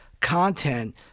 content